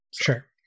Sure